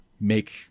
make